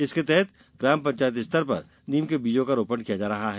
इसके तहत ग्राम पंचायत स्तर पर नीम के बीजों का रोपण किया जा रहा है